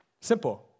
Simple